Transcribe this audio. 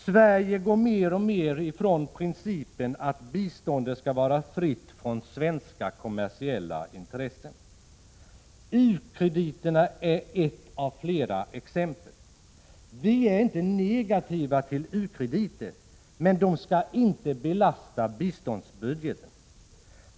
Sverige går mer och mer ifrån principen att biståndet skall vara fritt från svenska kommersiella intressen. U-krediterna är ett av flera exempel. Vi är inte negativa till u-krediter, men de skall inte belasta biståndsbudgeten.